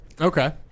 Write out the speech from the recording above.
Okay